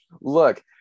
look